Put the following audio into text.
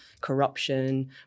corruption